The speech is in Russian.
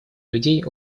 людей